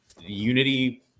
Unity